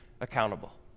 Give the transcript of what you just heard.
accountable